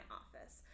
office